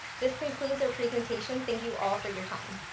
this concludes our presentation. thank you all for your time.